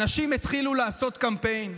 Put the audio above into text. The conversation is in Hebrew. אנשים התחילו לעשות קמפיין,